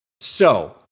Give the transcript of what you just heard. So-